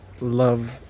love